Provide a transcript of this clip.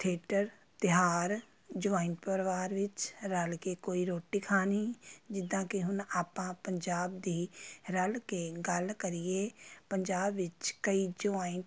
theatre ਤਿਉਹਾਰ joint ਪਰਿਵਾਰ ਵਿੱਚ ਰਲ ਕੇ ਕੋਈ ਰੋਟੀ ਖਾਣੀ ਜਿੱਦਾਂ ਕਿ ਹੁਣ ਆਪਾਂ ਪੰਜਾਬ ਦੀ ਰਲ ਕੇ ਗੱਲ ਕਰੀਏ ਪੰਜਾਬ ਵਿੱਚ ਕਈ ਜੁਆਇੰਟ